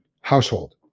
household